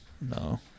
No